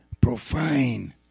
profane